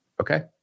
Okay